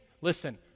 Listen